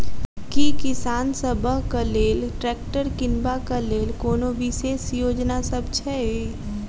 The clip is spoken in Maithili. की किसान सबहक लेल ट्रैक्टर किनबाक लेल कोनो विशेष योजना सब छै?